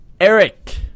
Eric